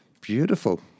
Beautiful